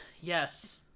Yes